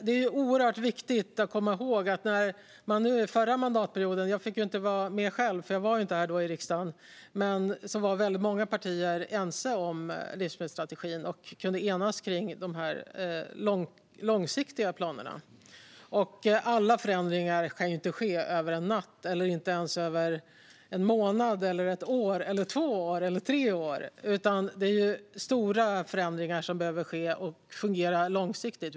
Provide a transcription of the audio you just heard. Det är oerhört viktigt att komma ihåg att förra mandatperioden - jag fick inte vara med, för jag var inte här i riksdagen då - var många partier ense om livsmedelsstrategin, och de kunde enas om de långsiktiga planerna. Alla förändringar kan ju inte ske över en natt eller ens över en månad eller ett år - eller två år eller tre år. Det är stora förändringar som behöver ske och fungera långsiktigt.